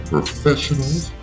Professionals